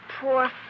poor